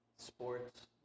Sports